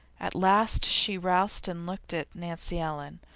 at last she roused and looked at nancy ellen,